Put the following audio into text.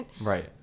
right